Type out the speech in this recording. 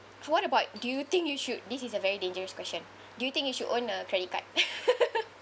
what about do you think you should this is a very dangerous question do you think you should own a credit card